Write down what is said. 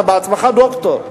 אתה בעצמך דוקטור.